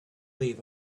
leave